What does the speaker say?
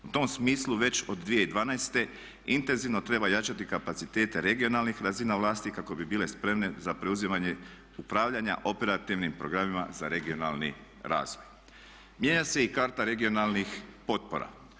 U tom smislu već od 2012. intenzivno treba jačati kapacitete regionalnih razina vlasti kako bi bile spremne za preuzimanje upravljanja operativnim programima za regionalni razvoj." Mijenja se i karta regionalnih potpora.